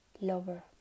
lover